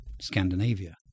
Scandinavia